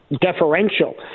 deferential